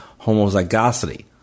homozygosity